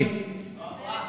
80. לא עברה.